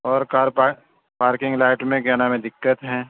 اور car parking light میں کیا نام ہے دقت ہیں